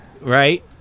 right